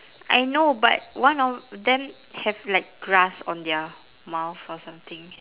I know but one of them have like grass on their mouth or something